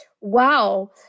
wow